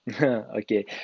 okay